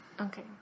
Okay